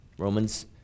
Romans